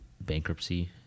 bankruptcy